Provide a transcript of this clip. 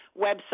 website